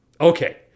Okay